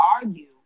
argue